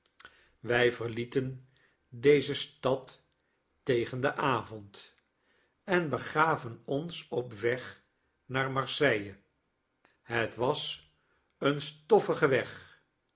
wij verlieten deze stad tegen den avond en begaven ons opweg naar marseille het was een stofflge weg